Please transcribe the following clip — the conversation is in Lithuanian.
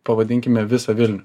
pavadinkime visą vilnių